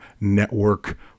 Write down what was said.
network